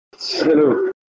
Hello